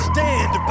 Stand